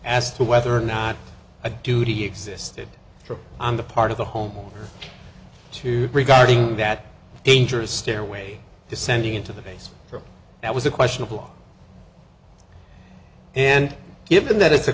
as to whether or not a duty existed on the part of the home to regarding that dangerous stairway descending into the base for that was a questionable and given that it's a